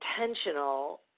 intentional